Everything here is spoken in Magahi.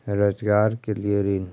रोजगार के लिए ऋण?